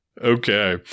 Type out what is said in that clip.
Okay